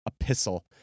Epistle